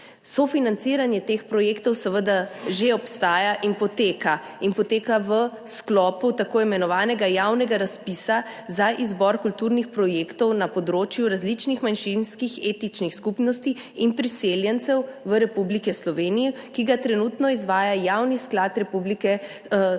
Sofinanciranje teh projektov seveda že obstaja in poteka, in sicer v sklopu tako imenovanega javnega razpisa za izbor kulturnih projektov na področju različnih manjšinskih etničnih skupnosti in priseljencev v Republiki Sloveniji, ki ga trenutno izvaja Javni sklad Republike Slovenije